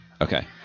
Okay